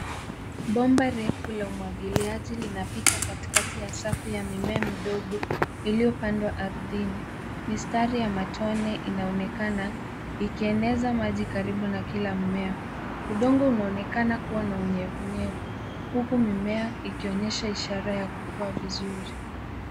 Bomba yetu ya umwagiliaji inapita katikati ya safu ya mimea midogo iliyopandwa ardhini. Mistari ya matone inaonekana ikieneza maji karibu na kila mimea. Udongo unaonekana kuwa na unyevunyevu. Mimea ikionyesha ishara za kukua vizuri.